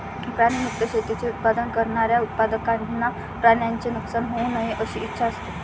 प्राणी मुक्त शेतीचे उत्पादन करणाऱ्या उत्पादकांना प्राण्यांचे नुकसान होऊ नये अशी इच्छा असते